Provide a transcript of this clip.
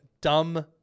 dumb